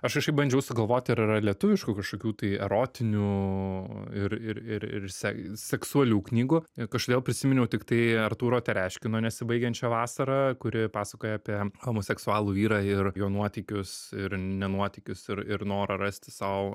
aš kažkaip bandžiau sugalvoti ar yra lietuviškų kažkokių tai erotinių ir ir ir ir se seksualių knygų kažkodėl prisiminiau tiktai artūro tereškino nesibaigiančią vasarą kuri pasakoja apie homoseksualų vyrą ir jo nuotykius ir ne nuotykius ir ir norą rasti sau